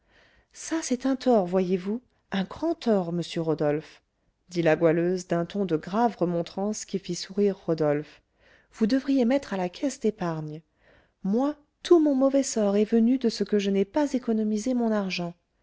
ça c'est un tort voyez-vous un grand tort monsieur rodolphe dit la goualeuse d'un ton de grave remontrance qui fit sourire rodolphe vous devriez mettre à la caisse d'épargne moi tout mon mauvais sort est venu de ce que je n'ai pas économisé mon argent